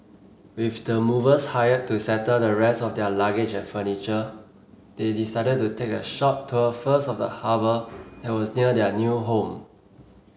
with the movers hired to settle the rest of their luggage and furniture they decided to take a short tour first of the harbour that was near their new home